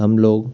हम लोग